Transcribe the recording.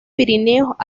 pirineos